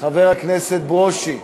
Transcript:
חבר הכנסת ברושי,